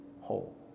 whole